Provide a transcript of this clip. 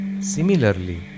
Similarly